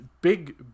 big